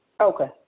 Okay